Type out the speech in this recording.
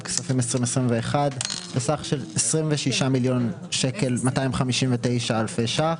הכספים 2021 בסך של 26.259 מיליון שקלים.